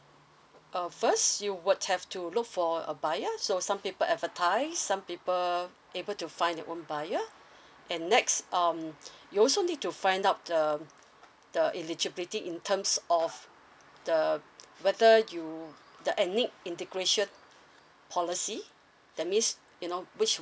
uh first you would have to look for a buyer so some people advertise some people able to find their own buyer and next um you also need to find out um the eligibility in terms of the whether you the ethnic integration policy that means you know which